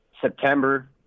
september